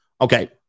Okay